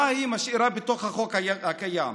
מה היא משאירה בתוך החוק הקיים?